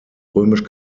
römisch